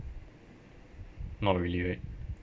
not really right